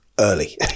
early